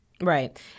right